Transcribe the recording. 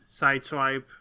Sideswipe